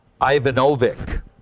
Ivanovic